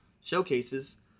showcases